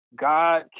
God